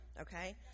okay